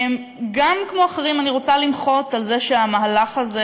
גם כמו אחרים, אני רוצה למחות על כך שהמהלך הזה